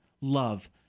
Love